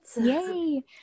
Yay